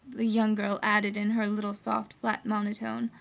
the young girl added in her little soft, flat monotone,